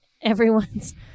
everyone's